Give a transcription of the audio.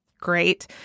great